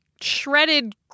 shredded